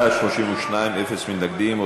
בעד, 32, אין מתנגדים.